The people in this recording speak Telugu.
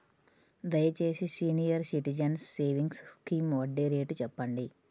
దయచేసి సీనియర్ సిటిజన్స్ సేవింగ్స్ స్కీమ్ వడ్డీ రేటు చెప్పండి